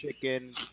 chicken